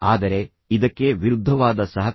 ಆದರೆ ಇದಕ್ಕೆ ವಿರುದ್ಧವಾದ ಸಹಕಾರ